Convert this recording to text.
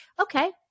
okay